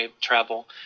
travel